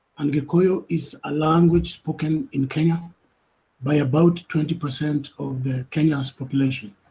and gikuyu, is a language spoken in kenya by about twenty percent of the. kenya's population.